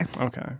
Okay